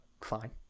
Fine